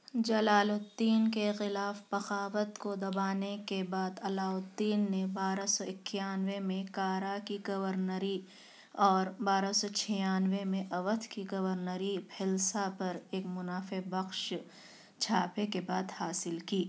جلال الدّین کے خلاف بغاوت کو دبانے کے بعد علاؤ الدّین نے بارہ سو اِکیانوے میں کارا کی گورنری اور بارہ سو چھیانوے میں اودھ کی گورنری بھیلسا پر ایک مُنافع بخش چھاپے کے بعد حاصل کی